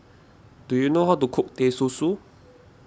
do you know how to cook Teh Susu